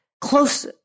close